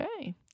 Okay